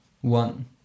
one